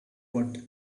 what